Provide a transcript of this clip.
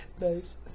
Nice